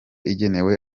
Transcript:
igenewe